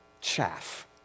chaff